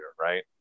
right